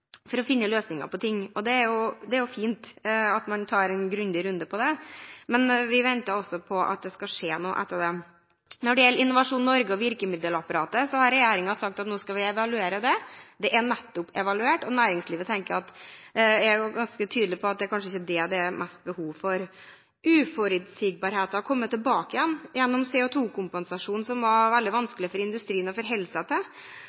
for å finne løsninger på ting, og det er jo fint at man tar en grundig runde på det, men vi venter på at det skal skje noe etter det. Når det gjelder Innovasjon Norge og virkemiddelapparatet, har regjeringen sagt at nå skal vi evaluere det. Det er nettopp evaluert, og næringslivet er ganske tydelig på at det kanskje ikke er det det er mest behov for. Uforutsigbarheten er kommet tilbake igjen gjennom CO2-kompensasjonen, som var veldig vanskelig for industrien å forholde seg til,